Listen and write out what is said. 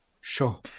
sure